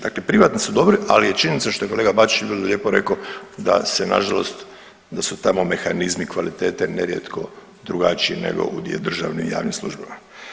Dakle, privatnici su dobri ali je činjenica što je kolega Bačić vrlo lijepo rekao da se na žalost da su tamo mehanizmi kvalitete nerijetko drugačiji nego u državnim i javnim službama.